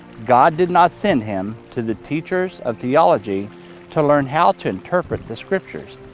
god did not send him to the teachers of theology to learn how to interpret the scriptures.